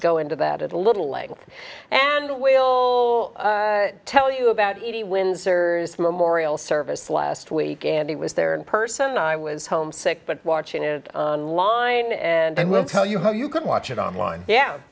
go into that a little leg and we'll tell you about eighty windsor's memorial service last week and it was there in person i was homesick but watching it on line and i will tell you how you can watch it online yeah